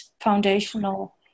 foundational